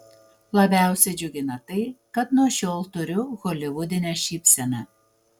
labiausiai džiugina tai kad nuo šiol turiu holivudinę šypseną